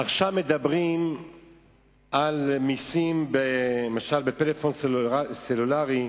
עכשיו מדברים על מסים, למשל על טלפון סלולרי,